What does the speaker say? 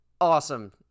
awesome